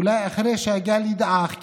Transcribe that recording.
אולי אחרי שהגל ידעך,